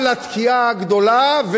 בא לתקיעה הגדולה,